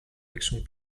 l’action